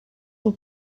will